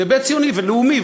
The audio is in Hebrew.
זה היבט ציוני ולאומי,